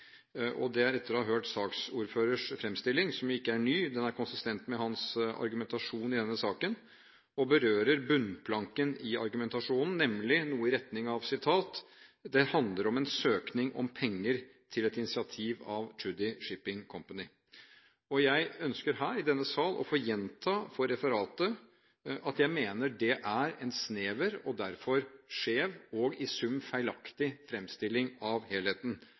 for referatet – etter å ha hørt saksordførerens fremstilling, som ikke er ny, den er konsistent med hans argumentasjon i denne saken og berører bunnplanken i argumentasjonen, nemlig noe i retning av: dette handler om en søkning om penger til et initiativ av Tschudi Shipping Company.» Jeg ønsker her i denne sal å gjenta – for referatet – at jeg mener det er en snever og derfor skjev og i sum feilaktig fremstilling av helheten,